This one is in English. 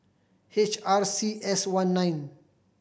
H R C S one nine